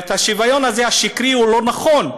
והשוויון הזה, השקרי, הוא לא נכון,